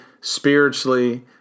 spiritually